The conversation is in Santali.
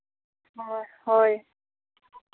ᱦᱳᱭ